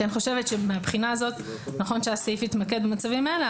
אני חושבת שמהבחינה הזאת נכון שהסעיף יתמקד במצבים האלה,